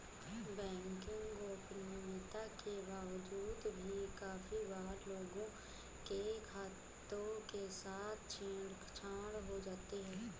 banking गोपनीयता के बावजूद भी काफी बार लोगों के खातों के साथ छेड़ छाड़ हो जाती है